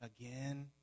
again